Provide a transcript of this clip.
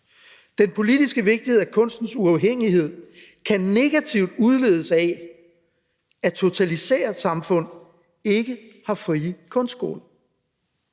Den politiske vigtighed af kunstens uafhængighed kan negativt udledes af, at totalitære samfund ikke har frie kunstskoler.